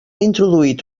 introduït